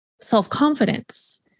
self-confidence